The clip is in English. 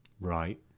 Right